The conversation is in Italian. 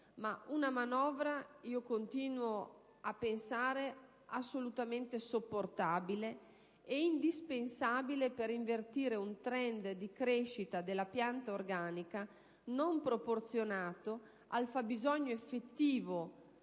di una manovra che continuo a pensare assolutamente sopportabile e indispensabile per invertire un *trend* di crescita della pianta organica non proporzionato al fabbisogno effettivo di